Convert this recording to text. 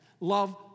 Love